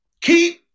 Keep